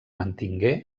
mantingué